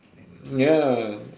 ya